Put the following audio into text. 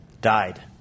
Died